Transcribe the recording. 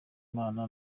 imana